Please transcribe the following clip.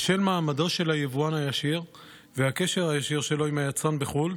בשל מעמדו של היבואן הישיר והקשר הישיר שלו עם היצרן בחו"ל,